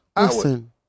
listen